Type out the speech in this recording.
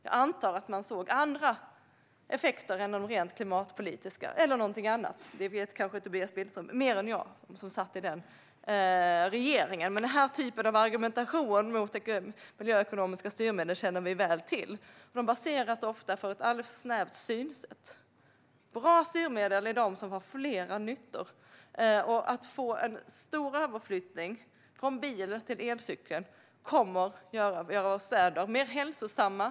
Jag antar att man såg andra effekter än de rent klimatpolitiska eller någonting annat. Det vet kanske Tobias Billström mer om än jag eftersom han satt i den regeringen. Denna typ av argumentation mot miljöekonomiska styrmedel känner vi väl till. Den baseras ofta på ett alldeles för snävt synsätt. Bra styrmedel är sådana som har flera nyttor. Att få en stor överflyttning från bilen till elcykeln kommer att göra oss mer hälsosamma.